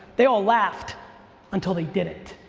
they all laughed until they didn't.